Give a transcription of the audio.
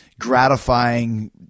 gratifying